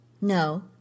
No